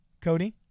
Cody